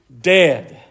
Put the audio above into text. dead